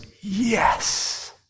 yes